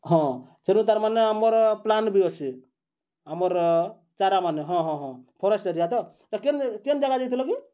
ହଁ ସେନୁ ତାର୍ମାନେ ଆମର୍ ପ୍ଲାନ୍ ବି ଅଛି ଆମର୍ ଚାରାମାନେ ହଁ ହଁ ହଁ ଫରେଷ୍ଟ୍ ଏରିଆ ତ କେନ୍ କେନ୍ ଜାଗା ଯାଇଥିଲ କି